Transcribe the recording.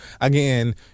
again